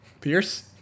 Pierce